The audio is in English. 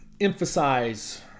emphasize